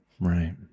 Right